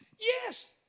Yes